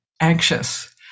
anxious